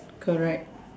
correct